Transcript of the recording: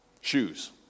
shoes